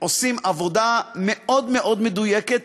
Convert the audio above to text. עושים עבודה מאוד מאוד מדויקת.